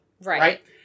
Right